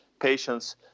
Patients